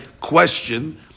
question